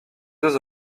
deux